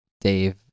dave